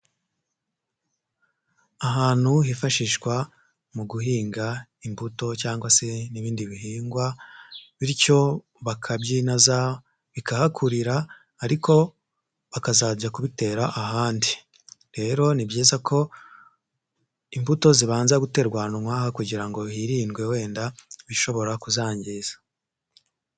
Ahantu hifashishwa mu guhinga imbuto cyangwa se n'ibindi bihingwa bityo bakabyinaza bikahakurira ariko bakazajya kubitera ahandi, rero ni byiza ko imbuto zibanza guterwa ahantu nk'aha kugira ngo hirindwe wenda ibishobora kuzangiza.